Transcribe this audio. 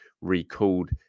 recalled